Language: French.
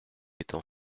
étant